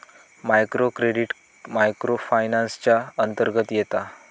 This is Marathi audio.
मायक्रो क्रेडिट मायक्रो फायनान्स च्या अंतर्गत येता